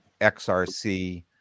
XRC